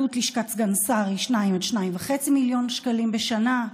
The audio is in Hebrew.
עלות לשכת סגן היא 2 עד 2.5 מיליון שקלים בשנה.